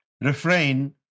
refrain